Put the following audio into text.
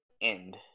end